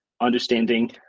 understanding